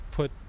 put